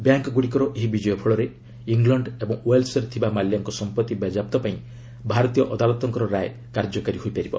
ବ୍ୟାଙ୍କ୍ଗୁଡ଼ିକର ଏହି ବିଜୟ ଫଳରେ ଇଂଲଣ୍ଡ ଓ ୱେଲ୍ସ୍ରେ ଥିବା ମାଲ୍ୟାଙ୍କ ସମ୍ପତ୍ତି ବାଜ୍ୟାପ୍ତ ପାଇଁ ଭାରତୀୟ ଅଦାଲତଙ୍କ ରାୟ କାର୍ଯ୍ୟକାରୀ ହୋଇପାରିବ